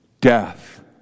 death